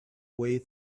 way